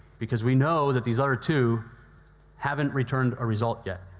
because we know that these other two haven't returned a result yet.